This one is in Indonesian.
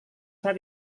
saya